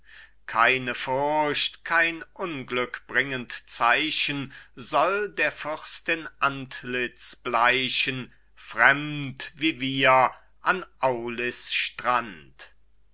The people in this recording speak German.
keine furcht kein unglückbringend zeichen soll der fürstin antlitz bleichen fremde wie wir an aulis strand